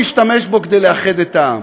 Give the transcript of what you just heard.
ובמקום להשתמש בו כדי לאחד את העם,